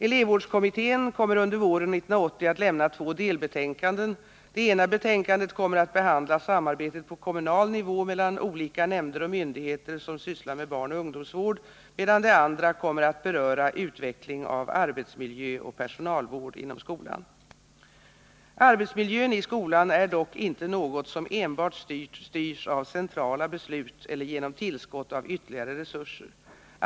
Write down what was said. Elevvårdskommittén kommer under våren 1980 att lämna två delbetänkanden, Det ena betänkandet kommer att behandla samarbetet på kommunal nivå mellan olika nämnder och myndigheter som sysslar med barnoch ungdomsvård, medan det andra kommer att beröra utveckling av arbetsmiljö och personalvård inom skolan. Arbetsmiljön i skolan är dock inte något som enbart styrs av centrala beslut eller genom tillskott av ytterligare resurser.